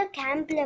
camp